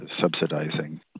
subsidizing